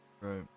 right